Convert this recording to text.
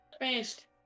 Finished